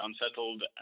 unsettled